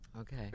Okay